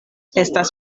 estas